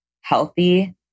healthy